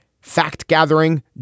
fact-gathering